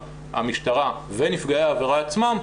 המשטרה ונפגעי העבירה עצמם,